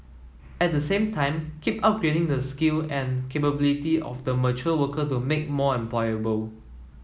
at the same time keep upgrading the skill and capability of the mature worker to make more employable